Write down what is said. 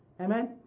Amen